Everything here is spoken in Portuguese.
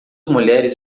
mulheres